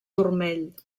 turmell